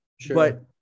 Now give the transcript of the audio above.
Sure